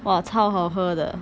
!wah! 超好喝的